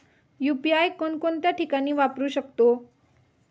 UPI कोणकोणत्या ठिकाणी वापरू शकतो?